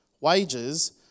wages